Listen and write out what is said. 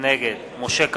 נגד משה כחלון,